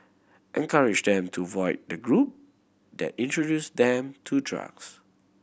encourage them to avoid the group that introduced them to drugs